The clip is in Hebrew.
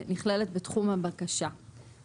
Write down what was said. שנכללת בתחום הבקשה.